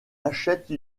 achète